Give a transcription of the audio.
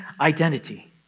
identity